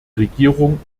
regierung